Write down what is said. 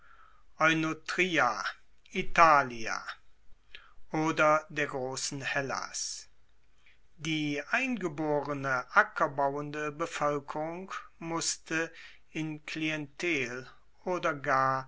oder der grossen hellas die eingeborene ackerbauende bevoelkerung musste in klientel oder gar